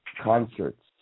concerts